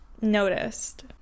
noticed